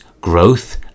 growth